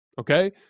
okay